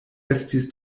estis